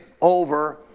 over